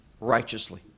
righteously